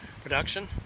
production